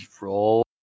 Roll